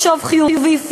משוב חיובי,